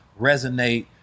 resonate